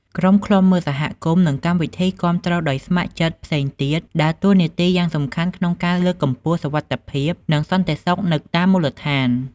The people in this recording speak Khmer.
ក្រុមឃ្លាំមើលសហគមន៍ និងកម្មវិធីគាំទ្រដោយស្ម័គ្រចិត្តផ្សេងទៀត ដើរតួនាទីយ៉ាងសំខាន់ក្នុងការលើកកម្ពស់សុវត្ថិភាព និងសន្តិសុខនៅតាមមូលដ្ឋាន។